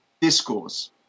discourse